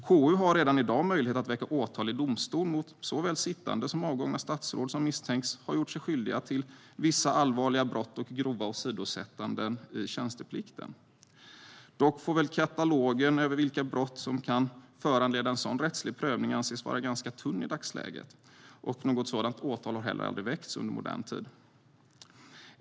KU har redan i dag möjlighet att väcka åtal i domstol mot såväl sittande som avgångna statsråd som misstänks ha gjort sig skyldiga till vissa allvarliga brott och grova åsidosättanden i tjänsteplikten. Dock får väl katalogen över vilka brott som kan föranleda en sådan rättslig prövning anses vara ganska tunn i dagsläget, och något sådant åtal har heller aldrig väckts i modern tid.